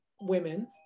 women